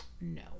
no